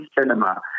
cinema